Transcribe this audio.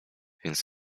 więc